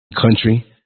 country